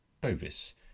bovis